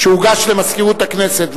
שהוגש למזכירות הכנסת,